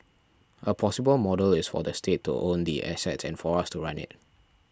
a possible model is for the state to own the assets and for us to run it